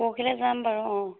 পৰহিলৈ যাম বাৰু অঁ